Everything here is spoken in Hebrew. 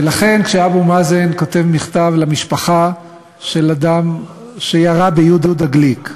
ולכן כשאבו מאזן כותב מכתב למשפחה של אדם שירה ביהודה גליק,